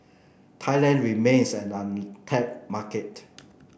Thailand remains an untapped market